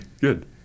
good